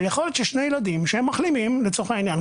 יכול להיות ששני ילדים שהם מחלימים כבר,